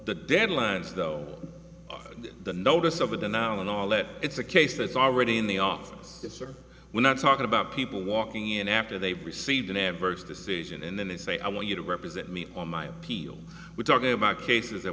the deadlines though are the notice over the now and all that it's a case that's already in the office it's or we're not talking about people walking in after they've received an adverse decision and then they say i want you to represent me or my appeal we're talking about cases that